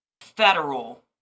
federal